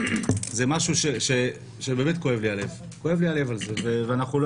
זה משהו שבאמת כואב לי הלב על זה ואנחנו לא